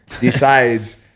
decides